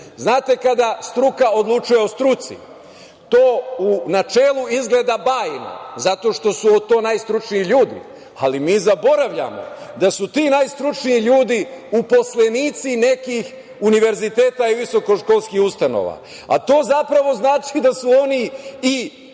znate kada struka odlučuje o struci, to u načelu izgleda bajno zato što su to najstručniji ljudi, ali mi zaboravljamo da su ti najstručniji ljudi uposlenici nekih univerziteta i visokoškolskih ustanova. To zapravo znači da su oni